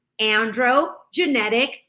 androgenetic